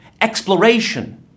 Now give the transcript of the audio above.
exploration